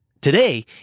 Today